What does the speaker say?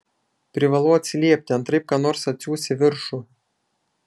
privalau atsiliepti antraip ką nors atsiųs į viršų